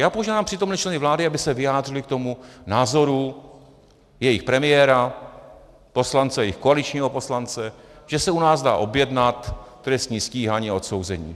Já požádám přítomné členy vlády , aby se vyjádřili k tomu názoru jejich premiéra, poslance i koaličního poslance, že se u nás dá objednat trestní stíhání a odsouzení.